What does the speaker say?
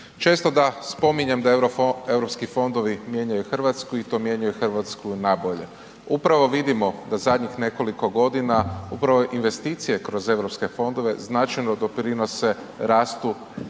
Često da spominjem da Europski fondovi mijenjaju RH i to mijenjaju RH na bolje. Upravo vidimo da zadnjih nekoliko godina broj investicije kroz Europske fondove značajno doprinose rastu